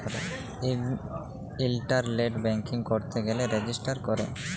ইলটারলেট banking ক্যইরতে গ্যালে register ক্যরে